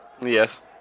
Yes